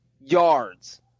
yards